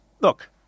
look